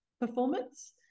Performance